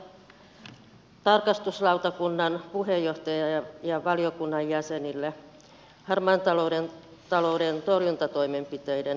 kiitos tarkastusvaliokunnan puheenjohtajalle ja valiokunnan jäsenille harmaan talouden torjuntatoimenpiteiden arvioinnista